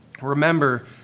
remember